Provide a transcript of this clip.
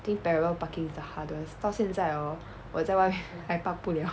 think parallel parking the hardest 到现在 hor 我在外面还 park 不 liao